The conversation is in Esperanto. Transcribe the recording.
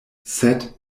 sed